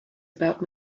about